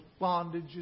bondages